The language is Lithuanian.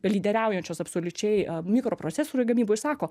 lyderiaujančios absoliučiai mikroprocesorių gamyboj sako